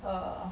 uh